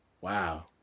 wow